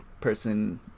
person